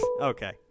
Okay